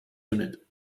unit